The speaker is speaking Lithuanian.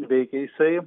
veikia jisai